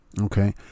okay